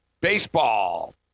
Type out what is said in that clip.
baseball